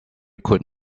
could